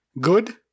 good